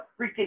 freaking